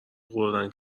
خوردن